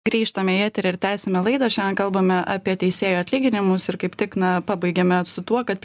grįžtame į eterį ir tęsiame laidą šian kalbame apie teisėjų atlyginimus ir kaip tik na pabaigėme su tuo kad